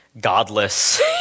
godless